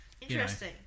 Interesting